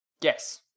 Yes